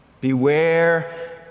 Beware